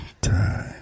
time